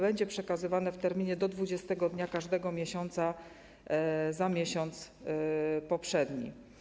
Będzie przekazywane w terminie do 20. dnia każdego miesiąca za miesiąc poprzedni.